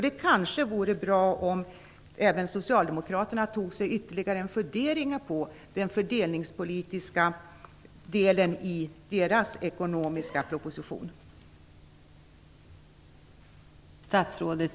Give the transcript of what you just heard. Det kanske vore bra om även Socialdemokraterna tog sig ytterligare en fundering på den fördelningspolitiska delen i deras proposition om den ekonomiska politiken.